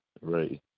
right